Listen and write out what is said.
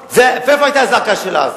לא פעם ההפוכה מזו של הדרג המקצועי,